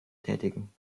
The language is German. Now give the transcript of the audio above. tätigen